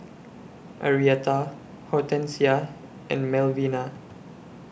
Arietta Hortensia and Melvina